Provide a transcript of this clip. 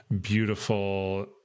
beautiful